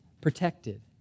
protected